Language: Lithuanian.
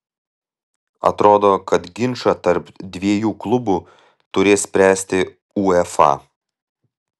atrodo kad ginčą tarp dviejų klubų turės spręsti uefa